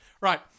Right